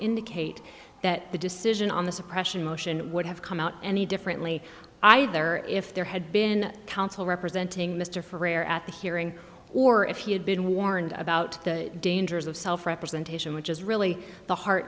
indicate that the decision on the suppression motion would have come out any differently either if there had been counsel representing mr for at the hearing or if he had been warned about the dangers of self representation which is really the heart